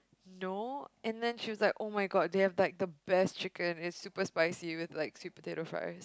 no and then she was like [oh]-my-god they have like the best chicken it's super spicy with like sweet potato fry